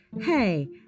Hey